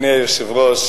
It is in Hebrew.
אדוני היושב-ראש,